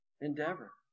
endeavor